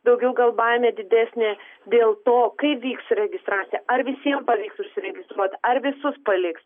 daugiau gal baimė didesnė dėl to kaip vyks registracija ar visiem pavyks užsiregistruot ar visus paliks